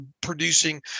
producing